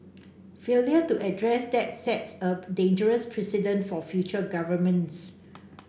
failure to address that sets a dangerous precedent for future governments